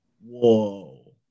Whoa